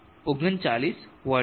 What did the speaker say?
39 vote છે